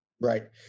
Right